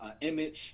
image